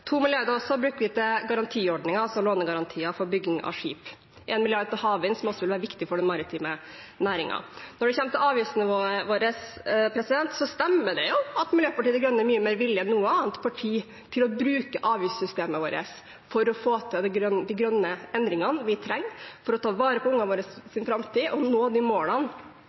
bruker vi til garantiordningen, lånegarantier for bygging av skip, og 1 mrd. kr til havvind, som også vil være viktig for den maritime næringen. Når det kommer til avgiftsnivået vårt, stemmer det at Miljøpartiet De Grønne er mye mer villig enn noe annet parti til å bruke avgiftssystemet vårt for å få til de grønne endringene vi trenger for å ta vare på framtiden til ungene våre og for å nå de målene